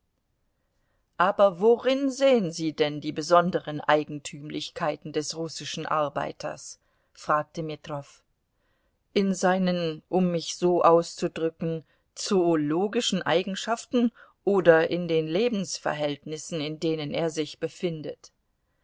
aber worin sehen sie denn die besonderen eigentümlichkeiten des russischen arbeiters fragte metrow in seinen um mich so auszudrücken zoologischen eigenschaften oder in den lebensverhältnissen in denen er sich befindet